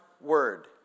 word